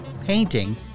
painting